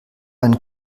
ein